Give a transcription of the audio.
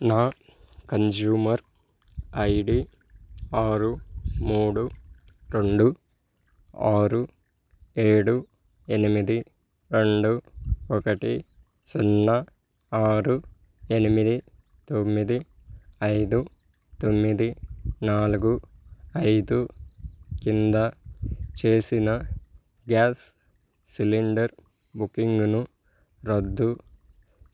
నా consumer I D ఆరు మూడు రెండు ఆరు ఏడు ఎనిమిది రెండు ఒకటి సున్నా ఆరు ఎనిమిది తొమ్మిది ఐదు తొమ్మిది నాలుగు ఐదు కింద చేసిన గ్యాస్ సిలిండర్ బుకింగ్ను రద్దు